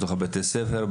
בבתי הספר,